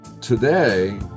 today